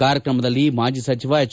ಕಾರ್ಯಕ್ರಮದಲ್ಲಿ ಮಾಜಿ ಸಚಿವ ಎಚ್